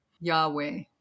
Yahweh